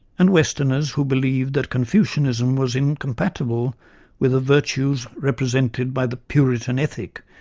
and westerners who believed that confucianism was incompatible with the virtues represented by the puritan ethic,